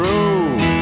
Road